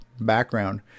Background